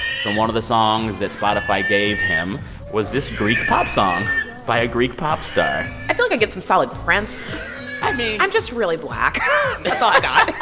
one of the songs that spotify gave him was this greek pop song by a greek pop star i feel like i get some solid prince i mean. i'm just really black that's all i got